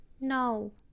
No